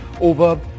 over